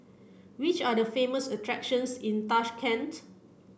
which are the famous attractions in Tashkent